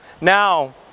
Now